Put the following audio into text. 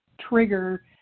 trigger